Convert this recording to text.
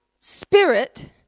spirit